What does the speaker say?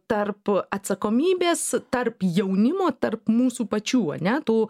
tarp atsakomybės tarp jaunimo tarp mūsų pačių ane tų